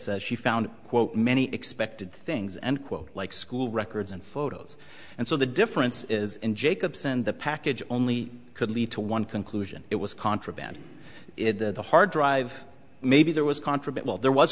she found quote many expected things end quote like school records and photos and so the difference is in jacobson the package only could lead to one conclusion it was contraband the hard drive maybe there was contraband while there was